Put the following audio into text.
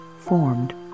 formed